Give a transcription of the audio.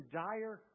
dire